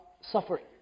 suffering